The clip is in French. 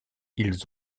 ils